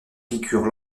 piqûres